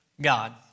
God